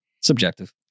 Subjective